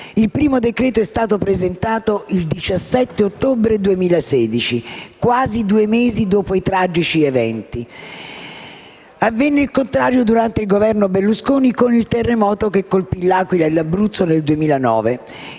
Il primo decreto-legge è stato presentato il 17 ottobre 2016, quasi due mesi dopo i tragici eventi sismici. Avvenne il contrario durante il Governo Berlusconi, con il terremoto che colpì l'Aquila e l'Abruzzo nel 2009.